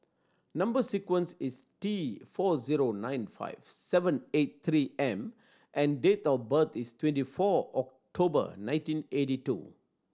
number sequence is T four zero nine five seven eight Three M and date of birth is twenty four October nineteen eighty two